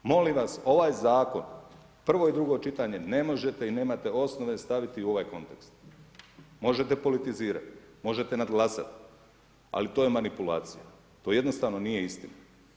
Molim vas, ovaj zakon, prvo i drugo čitanje, ne možete i nemate osnove staviti u ovaj kontekst, možete politizirati, možete nadglasati, ali to je manipulacija, to jednostavno nije istina.